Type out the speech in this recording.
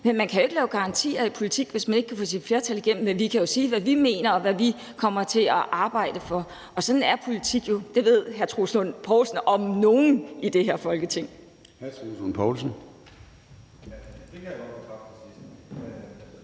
Men man kan jo ikke lave garantier i politik, hvis man ikke kan få sit flertal igennem, men vi kan jo sige, hvad vi mener, og hvad vi kommer til at arbejde for. Og sådan er politik jo – det ved hr. Troels Lund Poulsen om nogen – i det her Folketing.